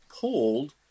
pulled